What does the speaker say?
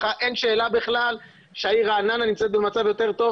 אין בכלל שאלה שהעיר רעננה נמצאת במצב יותר טוב